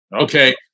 Okay